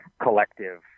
collective